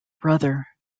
brother